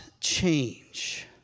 change